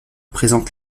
présente